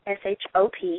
shop